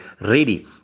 Ready